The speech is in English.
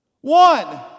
one